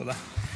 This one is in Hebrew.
תודה.